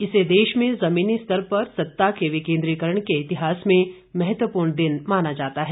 इसे देश में ज़मीनी स्तर पर सत्ता के विकेन्द्रीकरण के इतिहास में महत्वपूर्ण दिन माना जाता है